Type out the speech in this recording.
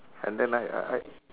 and then I I I